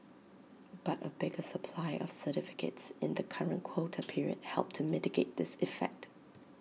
but A bigger supply of certificates in the current quota period helped to mitigate this effect